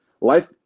Life